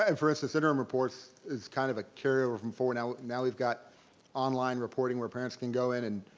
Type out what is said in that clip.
and for us us interim reports is kind of a carry-over from four, now now we've got online reporting where parents can go in, and